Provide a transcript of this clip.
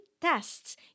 tests